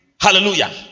Hallelujah